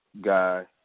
guy